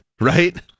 right